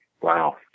wow